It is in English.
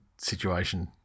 situation